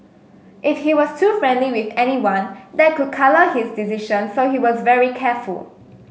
if he was too friendly with anyone that could colour his decision so he was very careful